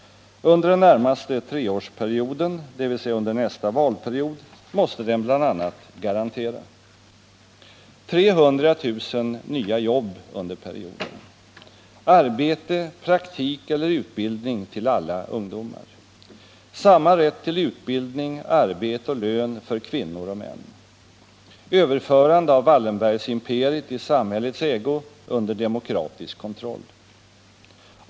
Under den närmaste treårsperioden, dvs. under nästa valperiod, måste den bl.a. garantera: 300 000 nya jobb under perioden. Arbete, praktik eller utbildning till alla ungdomar. Samma rätt till utbildning, arbete och lön för kvinnor och män. Överförande av Wallenbergsimperiet i samhällets ägo under demokratisk kontroll.